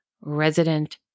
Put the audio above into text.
Resident